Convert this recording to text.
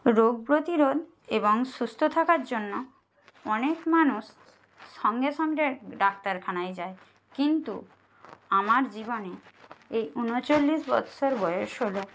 রোগ প্রতিরোধ এবং সুস্থ থাকার জন্য অনেক মানুষ সঙ্গে সঙ্গে ডাক্তারখানায় যায় কিন্তু আমার জীবনে এই উনচল্লিশ বৎসর বয়েস হলো